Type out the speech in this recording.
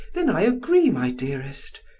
then i agree, my dearest.